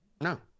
No